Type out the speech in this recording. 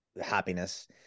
happiness